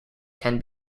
can